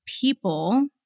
people